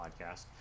podcast